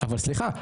אבל סליחה,